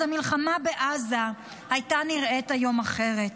המלחמה בעזה הייתה נראית אחרת היום.